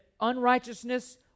unrighteousness